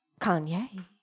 kanye